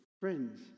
friends